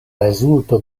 rezulto